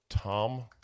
Tom